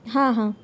હા હા